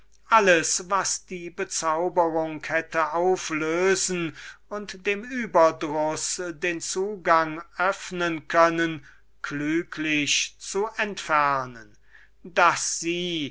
alles was die bezauberung hätte auflösen und dem überdruß den zugang öffnen können klüglich zu entfernen daß sie